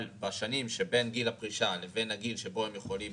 אבל בשנים שבין גיל הפרישה לבין הגיל שבו הם יכולים